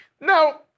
Now